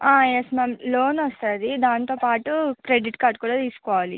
yes ma'am loan వస్తుంది దాంతో పాటు క్రెడిట్ కార్దు కూడా తీసుకోవాలి